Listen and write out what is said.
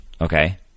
Okay